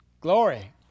glory